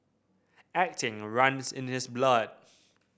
acting runs in his blood